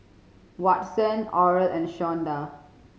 Watson Oral and Shawnda